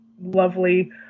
lovely